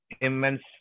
immense